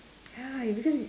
ya it because it